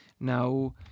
Now